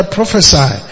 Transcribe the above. prophesy